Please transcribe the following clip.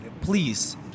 please